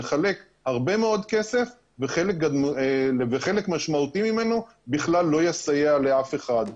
נחלק הרבה מאוד כסף וחלק משמעותי ממנו בכלל לא יסייע לאף אחד.